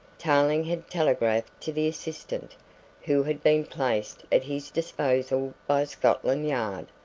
tarling had telegraphed to the assistant who had been placed at his disposal by scotland yard,